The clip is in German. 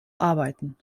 arbeiten